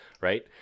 right